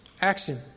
Action